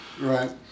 Right